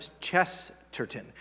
Chesterton